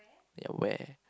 at where